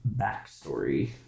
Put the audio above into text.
backstory